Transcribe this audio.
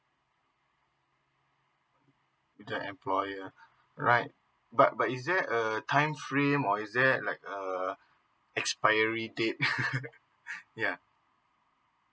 the employer alright but but is there a time frame or is there like err expiry date yeah